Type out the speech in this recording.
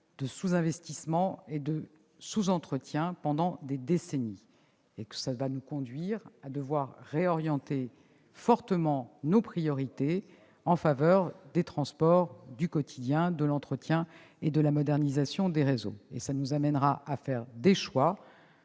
de sous-investissement et de sous-entretien pendant des décennies. C'est sûr ! Nous serons ainsi conduits à réorienter fortement nos priorités en faveur des transports du quotidien, de l'entretien et de la modernisation des réseaux. Nous serons aussi amenés à faire des choix